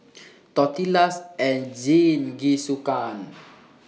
Tortillas and Jingisukan